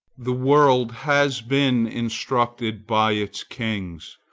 the world has been instructed by its kings,